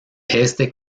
éste